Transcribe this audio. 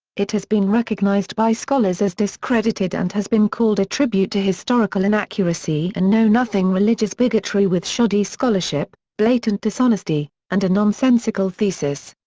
it has been recognized by scholars as discredited and has been called a tribute to historical inaccuracy and know-nothing religious bigotry with shoddy scholarship, blatant dishonesty and a nonsensical thesis.